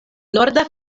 norda